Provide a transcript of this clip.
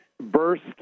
burst